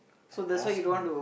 I ask him